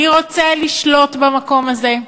אני רוצה לשלוט במקום הזה.